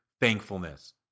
Thankfulness